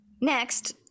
next